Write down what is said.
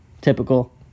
Typical